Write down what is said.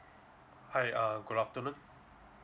hi err good afternoon